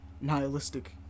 nihilistic